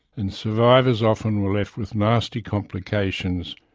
and survivors often were left with nasty complications,